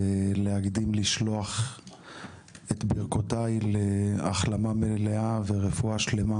ולהקדים לשלוח את ברכותיי להחלמה מלאה ורפואה שלמה